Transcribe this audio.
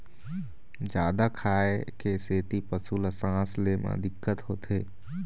जादा खाए के सेती पशु ल सांस ले म दिक्कत होथे